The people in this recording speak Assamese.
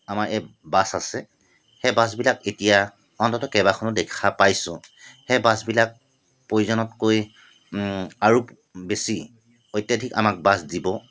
আমাৰ এই বাছ আছে সেই বাছবিলাক এতিয়া অন্তত কেইবাখনো দেখা পাইছোঁ সেই বাছবিলাক প্ৰয়োজনতকৈ আৰু বেছি অত্যাধিক আমাক বাছ দিব